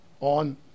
On